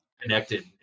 connected